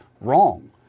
wrong